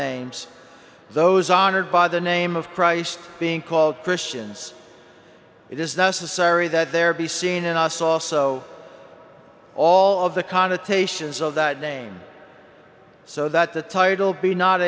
names those honored by the name of christ being called christians it is necessary that there be seen and us also all of the connotations of that name so that the title be not